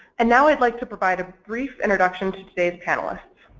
and now i'd like to provide a brief introduction to today's panelists.